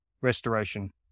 restoration